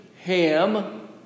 ham